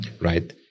right